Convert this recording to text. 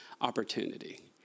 opportunity